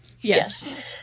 yes